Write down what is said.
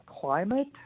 climate